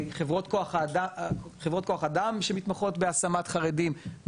חברות כוח אדם שמתמחות בהשמת חרדים,